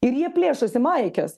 ir jie plėšosi maikes